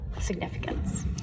significance